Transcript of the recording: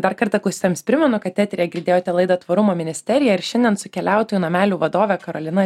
dar kartą klausytojams primenu kad eteryje girdėjote laidą tvarumo ministerija ir šiandien su keliautoju namelių vadovė karolina